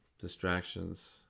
Distractions